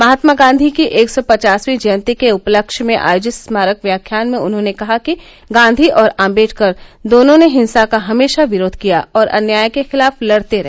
महात्मा गांधी की एक सौ पचासवीं जयन्ती के उपलक्ष्य मे आयोजित स्मारक व्याख्यान में उन्होंने कहा कि गांधी और आम्बेडकर दोनों ने हिंसा का हमेशा विरोध किया और अन्याय के खिलाफ लड़ते रहे